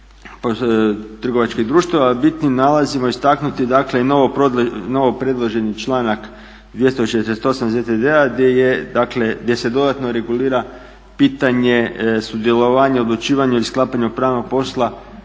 trgovačkih društava bitnim nalazimo istaknuti dakle i novo predloženi članak 248. iz ZTD-a gdje je, dakle gdje se dodatno regulira pitanje sudjelovanja, odlučivanja ili sklapanja pravnog posla